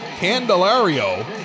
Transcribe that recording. Candelario